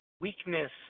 weakness